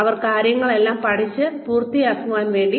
അവർ കാര്യങ്ങളെല്ലാം പഠിച്ച് പ്രവർത്തിക്കാൻ തുടങ്ങി